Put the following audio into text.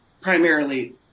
primarily